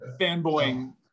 fanboying